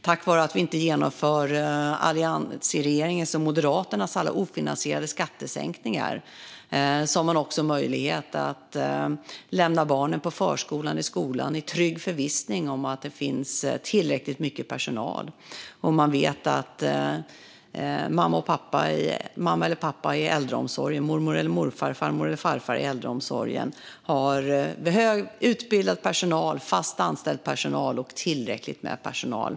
Tack vare att vi inte genomför Alliansens och Moderaternas alla ofinansierade skattesänkningar har man också möjlighet att lämna barnen på förskolan och i skolan i trygg förvissning om att det finns tillräckligt mycket personal. Man vet att mamma eller pappa, mormor eller morfar, farmor eller farfar i äldreomsorgen tas om hand om av högt utbildad personal, fast anställd personal och tillräckligt med personal.